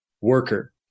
worker